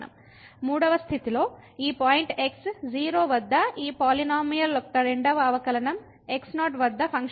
మూడవ స్థితిలో ఈ పాయింట్ x 0 వద్ద ఈ పాలినోమియల్యొక్క రెండవ అవకలనం x0 వద్ద ఫంక్షన్ యొక్క రెండవ అవకలనానికి సమానం